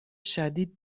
شدید